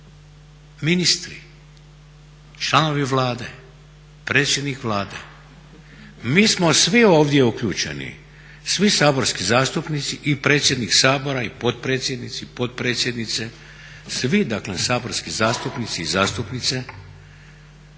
ministri, članovi Vlade, predsjednik Vlade. Mi smo svi ovdje uključeni, svi saborski zastupnici i predsjednik Sabora, i potpredsjednici, potpredsjednice, svi dakle saborski zastupnici i zastupnice,